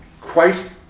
Christ